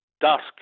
dusk